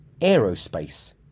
aerospace